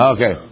Okay